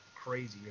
crazy